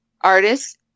artist